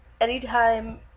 anytime